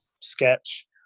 sketch